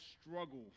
struggle